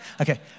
okay